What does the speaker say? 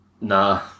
Nah